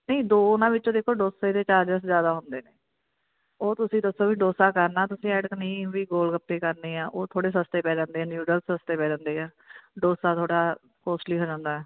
ਅਤੇ ਦੋ ਉਹਨਾਂ ਵਿੱਚੋਂ ਦੇਖੋ ਡੋਸੇ ਦੇ ਚਾਰਜਿਸ ਜ਼ਿਆਦਾ ਹੁੰਦੇ ਨੇ ਉਹ ਤੁਸੀਂ ਦੱਸੋ ਵੀ ਡੋਸਾ ਕਰਨਾ ਤੁਸੀਂ ਐਡ ਕਿ ਨਹੀਂ ਵੀ ਗੋਲਗੱਪੇ ਕਰਨੇ ਆ ਉਹ ਥੋੜ੍ਹੇ ਸਸਤੇ ਪੈ ਜਾਂਦੇ ਆ ਨਿਊਡਲਸ ਸਸਤੇ ਪੈ ਜਾਂਦੇ ਆ ਡੋਸਾ ਥੋੜ੍ਹਾ ਹੋਸਟਲੀ ਹੋ ਜਾਂਦਾ